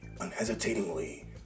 unhesitatingly